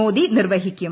മോദി നിർവ്വഹിക്കും